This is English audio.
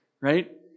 Right